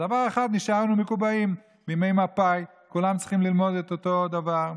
בדבר אחד נשארנו מקובעים מימי מפא"י: כולם צריכים ללמוד את אותו דבר.